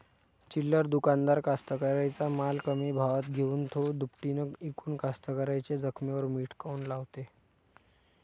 चिल्लर दुकानदार कास्तकाराइच्या माल कमी भावात घेऊन थो दुपटीनं इकून कास्तकाराइच्या जखमेवर मीठ काऊन लावते?